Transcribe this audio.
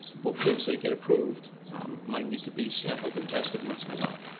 things that get approved might need to be sampled and tested once in a while.